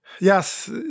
Yes